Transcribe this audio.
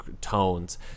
tones